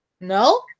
No